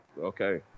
okay